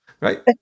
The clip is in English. Right